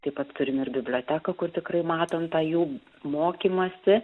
taip pat turim ir biblioteką kur tikrai matom tą jų mokymąsi